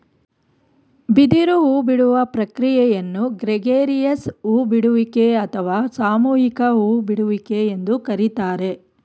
ಬಿದಿರು ಹೂಬಿಡುವ ಪ್ರಕ್ರಿಯೆಯನ್ನು ಗ್ರೆಗೇರಿಯಸ್ ಹೂ ಬಿಡುವಿಕೆ ಅಥವಾ ಸಾಮೂಹಿಕ ಹೂ ಬಿಡುವಿಕೆ ಎಂದು ಕರಿತಾರೆ